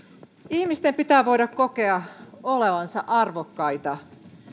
ihmisten pitää voida kokea olevansa arvokkaita